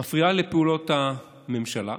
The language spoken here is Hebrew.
מפריעה לפעולות הממשלה.